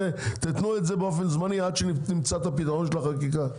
תיתנו את זה באופן זמני עד שנמצא את הפתרון של החקיקה.